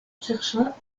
chercha